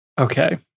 Okay